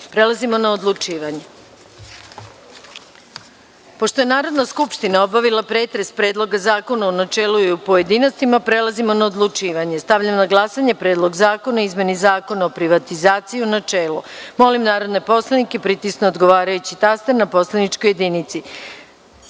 na odlučivanje. Pošto je Narodna skupština obavila pretres Predloga zakona u načelu i u pojedinostima, prelazimo na odlučivanje. Stavljam na glasanje Predlog zakona o izmeni Zakona o privatizaciji u načelu. Molim narodne poslanika da pritisnu odgovarajući taster na poslaničkoj